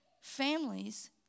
families